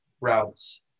routes